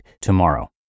tomorrow